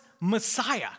Messiah